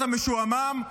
אתה משועמם?